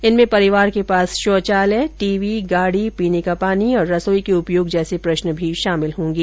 इनमें परिवार के पास शौचालय टीवी गाडी पीने का पानी और रसोई के उपयोग जैसे प्रश्न भी शामिल होंगे